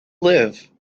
live